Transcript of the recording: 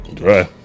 right